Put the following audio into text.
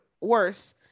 worse